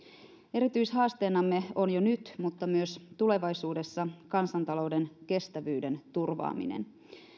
erityishaasteenamme on jo nyt mutta myös tulevaisuudessa kansantalouden kestävyyden turvaaminen